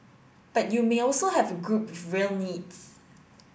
but you may also have a group with real needs